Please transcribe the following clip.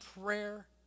prayer